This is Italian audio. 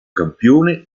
campione